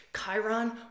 Chiron